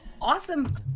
Awesome